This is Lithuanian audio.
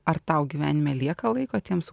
ar tau gyvenime lieka laiko tiems